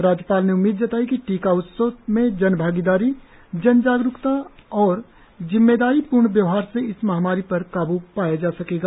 राज्यपाल ने उम्मीद जताई कि टीका उत्सव में जनभागीदारी जन जागरुकता और जिम्मेदारीपूर्ण व्यवहार से इस महामारी पर काबू पाया का सकेगा